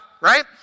right